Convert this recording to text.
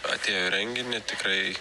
atėjo į renginį tikrai